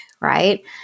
right